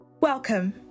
Welcome